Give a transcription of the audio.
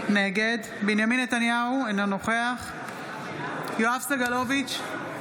נגד בנימין נתניהו, אינו נוכח יואב סגלוביץ'